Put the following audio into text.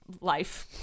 life